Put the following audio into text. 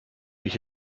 ich